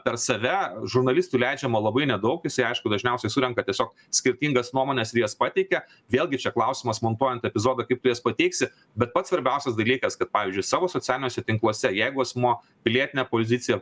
per save žurnalistui leidžiama labai nedaug jisai aišku dažniausia surenka tiesiog skirtingas nuomones ir jas pateikia vėlgi čia klausimas montuojant epizodą kaip juos pateiksi bet pats svarbiausias dalykas kad pavyzdžiui savo socialiniuose tinkluose jeigu asmuo pilietinę poziciją